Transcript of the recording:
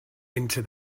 into